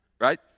right